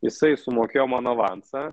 jisai sumokėjo man avansą